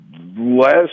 Last